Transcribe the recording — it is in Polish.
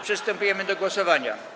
Przystępujemy do głosowania.